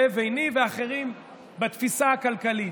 לביני ואחרים בתפיסה הכלכלית.